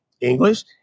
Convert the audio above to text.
English